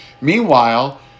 Meanwhile